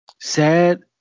sad